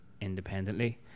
independently